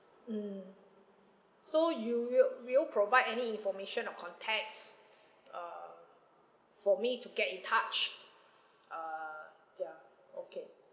mm so you will will you provide any information or contacts uh for me to get in touch err ya okay